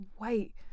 wait